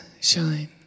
shine